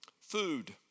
Food